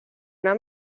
una